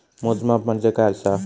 मोजमाप म्हणजे काय असा?